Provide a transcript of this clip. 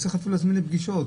צריך אפילו להזמין לפגישות.